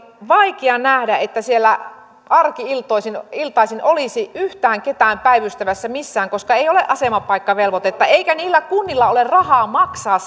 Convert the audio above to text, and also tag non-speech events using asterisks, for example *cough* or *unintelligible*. vaikea nähdä että sillä seudulla arki iltaisin iltaisin olisi yhtään ketään päivystämässä missään koska ei ole asemapaikkavelvoitetta eikä niillä kunnilla ole rahaa maksaa *unintelligible*